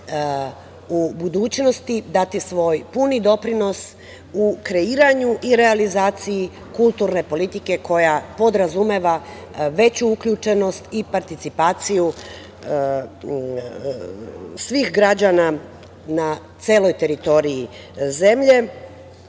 u budućnosti dati svoj puni doprinos u kreiranju i realizaciji kulturne politike koja podrazumeva veću uključenost i participaciju svih građana na celoj teritoriji zemlje.